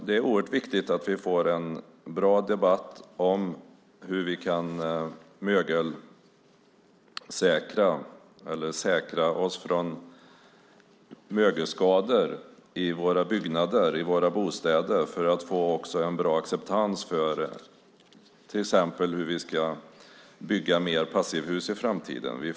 Det är oerhört viktigt att vi får en bra debatt om hur vi kan säkra oss från mögelskador i våra byggnader och bostäder så att vi också kan få en bra acceptans till exempel för att bygga fler passivhus i framtiden.